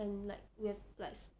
and like we have like